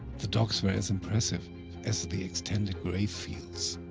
the docks were as impressive as the extended grave fields.